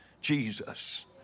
Jesus